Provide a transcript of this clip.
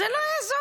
זה לא יעזור,